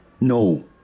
No